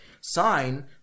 sign